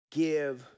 give